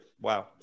Wow